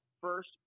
first